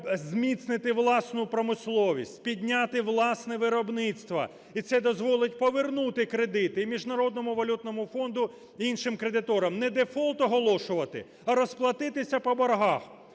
зміцнити власну промисловість, підняти власне виробництво, і це дозволить провернути кредити і Міжнародному валютному фонду, іншим кредиторам. Не дефолт оголошувати, а розплатитися по боргах.